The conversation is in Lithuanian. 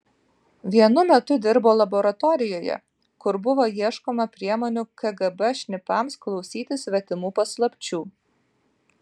vienu metu dirbo laboratorijoje kur buvo ieškoma priemonių kgb šnipams klausytis svetimų paslapčių